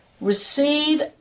receive